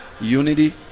unity